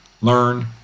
learn